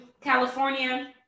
California